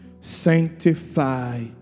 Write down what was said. Sanctify